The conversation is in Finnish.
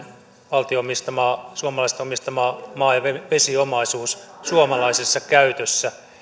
valtion omistama suomalaisten omistama maa ja vesiomaisuus suomalaisessa käytössä